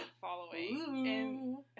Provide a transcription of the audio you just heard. following